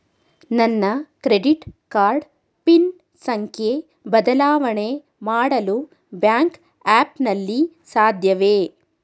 ನನ್ನ credit card pin ಸಂಖ್ಯೆ ಬದಲಾವಣೆ ಮಾಡಲು ಬ್ಯಾಂಕ್ ಆ್ಯಪ್ ನಲ್ಲಿ ಸಾಧ್ಯವೇ?